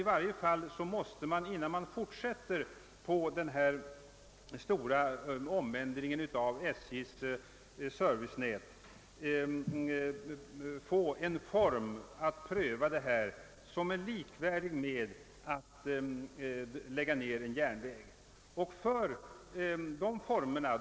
I varje fall måste man, innan man fortsätter denna stora omändring av SJ:s servicenät, finna en form för prövningen som är likvärdig med den som tillämpas när det gäller att nedlägga en järnväg.